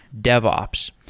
DevOps